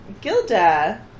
Gilda